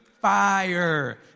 fire